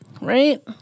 Right